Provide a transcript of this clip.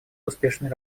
успешной